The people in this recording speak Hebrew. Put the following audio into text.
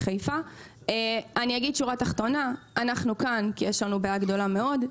אני אגיד שורה תחתונה: אנחנו כאן כי יש לנו בעיה גדולה מאוד.